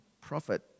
prophet